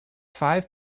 five